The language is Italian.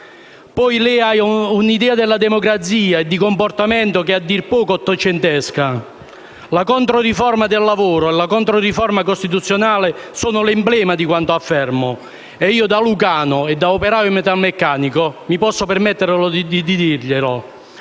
poi, ha un'idea della democrazia che è, a dir poco, ottocentesca. La controriforma del lavoro e la controriforma costituzionale sono l'emblema di quanto affermo e io, da lucano e da operaio metalmeccanico, mi posso permettere di dirglielo.